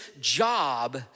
job